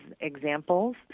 examples